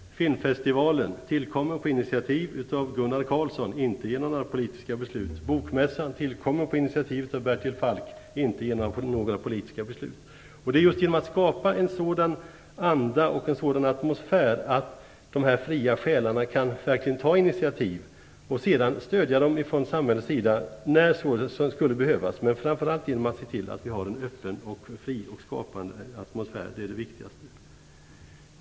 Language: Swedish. Filmfestivalen är tillkommen på initiativ av Gunnar Carlsson och inte genom några politiska beslut. Bokmässan är tillkommen på initiativ av Bertil Falck och inte genom några politiska beslut. Det gäller att skapa en sådan anda och atmosfär att dessa fria själar verkligen kan ta initiativ. Sedan skall man stödja dem från samhällets sida när det behövs. Men framför allt skall vi se till att vi har en öppen, fri och skapande atmosfär. Det är det viktigaste.